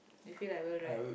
you feel Rival right